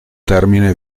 termine